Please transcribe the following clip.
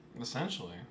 Essentially